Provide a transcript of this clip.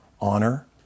honor